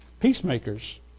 peacemakers